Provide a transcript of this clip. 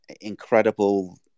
incredible